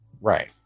right